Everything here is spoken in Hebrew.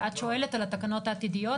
את שואלת על התקנות העתידיות,